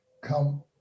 come